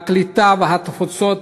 הקליטה והתפוצות,